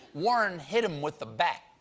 warren hit him with the bat.